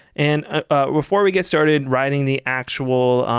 and ah before we get started writing the actual